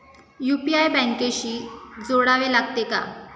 UPI बँकेशी जोडावे लागते का?